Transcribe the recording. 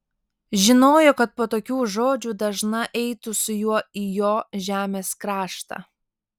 žinojo kad po tokių žodžių dažna eitų su juo į jo žemės kraštą